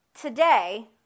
today